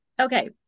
okay